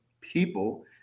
people